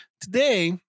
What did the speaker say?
Today